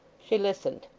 she listened.